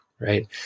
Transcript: right